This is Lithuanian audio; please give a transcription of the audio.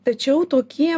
tačiau tokie